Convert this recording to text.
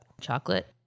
Chocolate